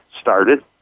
started